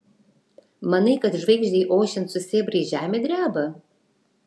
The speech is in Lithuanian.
manai kad žvaigždei ošiant su sėbrais žemė dreba